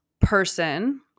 person